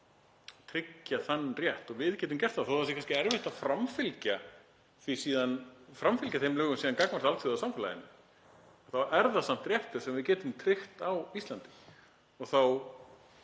tryggja þann rétt. Við getum gert það. Þó að kannski sé erfitt að framfylgja þeim lögum síðan gagnvart alþjóðasamfélaginu þá er það samt réttur sem við getum tryggt á Íslandi. Þá